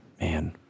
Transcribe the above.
Man